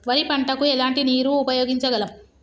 వరి పంట కు ఎలాంటి నీరు ఉపయోగించగలం?